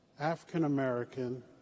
African-American